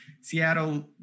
Seattle